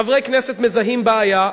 חברי כנסת מזהים בעיה,